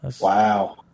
Wow